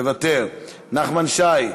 מוותר, נחמן שי,